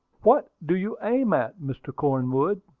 what do you aim at, mr. cornwood?